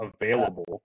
available